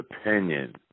opinion